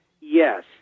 Yes